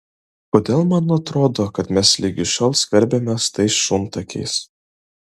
kodėl man atrodo kad mes ligi šiol skverbiamės tais šuntakiais